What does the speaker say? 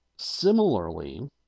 Similarly